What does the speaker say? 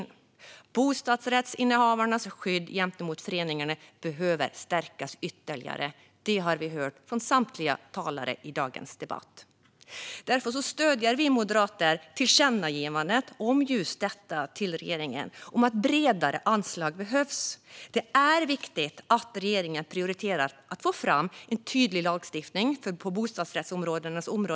Att bostadsrättsinnehavarnas skydd gentemot föreningarna behöver stärkas ytterligare har vi hört från samtliga talare i dagens debatt. Därför stöder Moderaterna tillkännagivandet till regeringen om att det behövs ett bredare anslag. Det är viktigt att regeringen prioriterar att få fram en tydlig lagstiftning på bostadsrättsområdet.